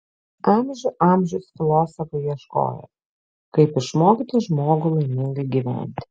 amžių amžius filosofai ieškojo kaip išmokyti žmogų laimingai gyventi